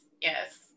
yes